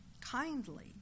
kindly